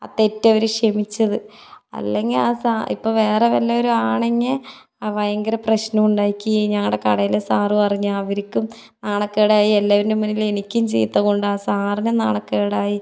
ആ തെറ്റവർ ക്ഷമിച്ചത് അല്ലെങ്കിൽ ആ സാ ഇപ്പോൾ വേറെ വല്ലവരും ആണെങ്കിൽ ആ ഭയങ്കര പ്രശ്നമുണ്ടാക്കി ഞങ്ങളുടെ കടയിലെ സാർ പറഞ്ഞു അവർക്കും നാണക്കേടായി എല്ലാരുടെ മുന്നിൽ എനിക്കും ചീത്തകൊണ്ട് ആ സാറിനും നാണക്കേടായി